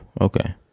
Okay